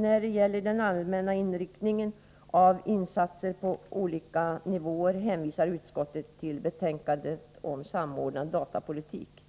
När det gäller den allmänna inriktningen avseende insatser på olika nivåer hänvisar utskottet till betänkandet om samordnad datapolitik,